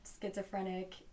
schizophrenic